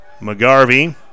McGarvey